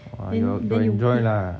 !wah! you got you enjoy lah